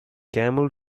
camel